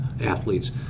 Athletes